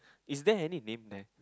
is there any name then